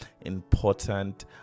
important